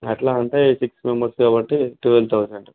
అట్లా అంటే సిక్స్ మెంబర్స్గా పోతే ట్వల్వ్ థౌసండ్